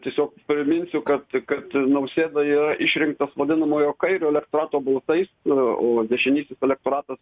tiesiog priminsiu kad kad nausėda yra išrinktas vadinamojo kairio elektorato balsais o dešinysis elektoratas